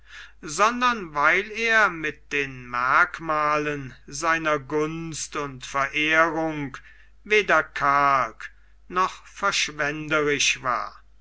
sondern weil er mit den merkmalen seiner gunst und verehrung weder karg noch verschwenderisch war